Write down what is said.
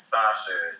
Sasha